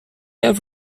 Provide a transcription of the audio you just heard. have